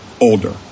older